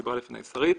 דיברה לפניי שרית.